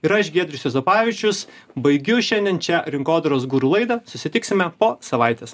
ir aš giedrius juozapavičius baigiu šiandien čia rinkodaros guru laidą susitiksime po savaitės